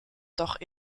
doch